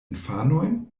infanojn